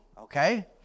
okay